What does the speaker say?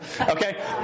Okay